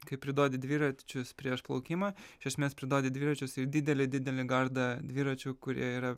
kai priduodi dviračius prieš plaukimą iš esmės priduoti dviračius į didelį didelį gardą dviračių kurie yra